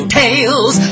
tales